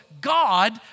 God